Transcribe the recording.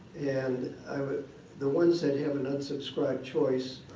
and the ones that have an unsubscribe choice,